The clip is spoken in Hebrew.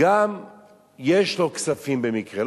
יש לו כספים במקרה,